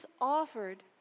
offered